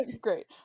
Great